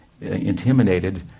intimidated